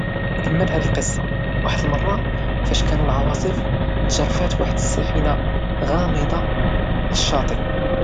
كمل هاد القصة، واحد النهار فاش كانوا العواصف، تجرفات واحد السفينة غامضة للشاطئ.